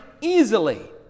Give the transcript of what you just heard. easily